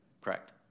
correct